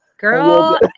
Girl